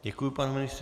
Děkuji, pane ministře.